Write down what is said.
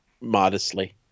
modestly